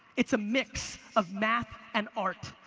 it's a mix of math and art.